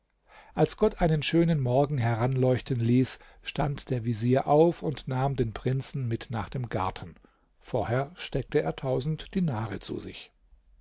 als gott einen schönen morgen heranleuchten ließ stand der vezier auf und nahm den prinzen mit nach dem garten vorher steckte er tausend dinare zu sich